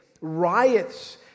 Riots